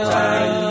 time